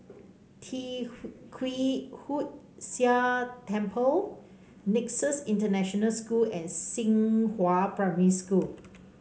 Tee Kwee Hood Sia Temple Nexus International School and Xinghua Primary School